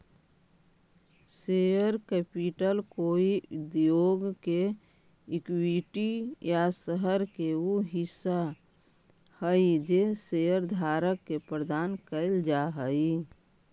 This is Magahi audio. शेयर कैपिटल कोई उद्योग के इक्विटी या शहर के उ हिस्सा हई जे शेयरधारक के प्रदान कैल जा हई